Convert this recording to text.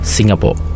Singapore